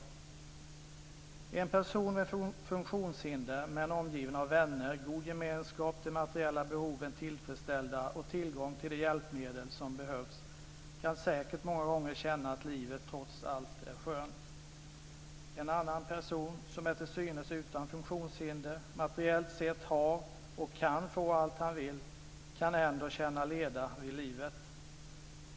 En person med funktionshinder men omgiven av vänner, god gemenskap, med de materiella behoven tillfredsställda och med tillgång till de hjälpmedel som behövs kan säkert många gånger känna att livet trots allt är skönt. En annan person som är till synes utan funktionshinder och som materiellt sett har och kan få allt han vill kan ändå känna leda vid livet.